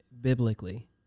biblically